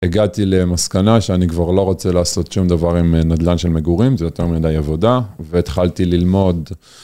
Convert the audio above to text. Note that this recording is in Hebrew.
הגעתי למסקנה שאני כבר לא רוצה לעשות שום דבר עם נדלן של מגורים, זה יותר מדי עבודה והתחלתי ללמוד...